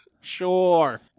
Sure